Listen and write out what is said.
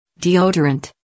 Deodorant